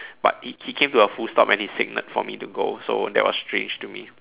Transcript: but he he came to a full stop and he signalled for me to go so that was strange to me